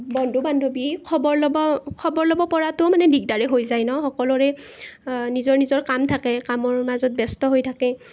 বন্ধু বান্ধৱী খবৰ ল'ব খবৰ ল'ব পৰাটোও মানে দিগদাৰেই হৈ যায় ন সকলোৰে নিজৰ নিজৰ কাম থাকে কামৰ মাজত ব্যস্ত হৈ থাকে